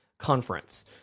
conference